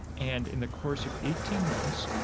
and in the course of eighteen months,